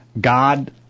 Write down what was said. God